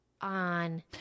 on